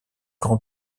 grand